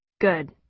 Good